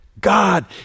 God